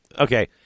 okay